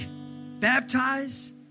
baptize